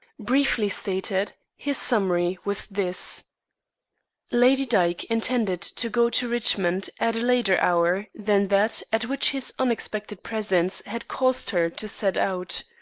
briefly stated, his summary was this lady dyke intended to go to richmond at a later hour than that at which his unexpected presence had caused her to set out.